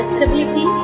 Stability